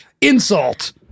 insult